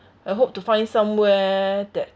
I hope to find somewhere that